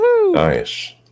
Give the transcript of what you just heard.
Nice